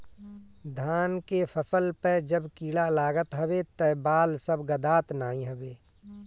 धान के फसल पअ जब कीड़ा लागत हवे तअ बाल सब गदात नाइ हवे